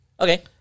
Okay